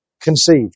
conceived